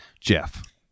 Jeff